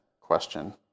question